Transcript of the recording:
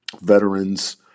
veterans